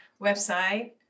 website